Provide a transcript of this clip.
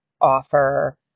offer